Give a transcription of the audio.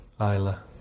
Isla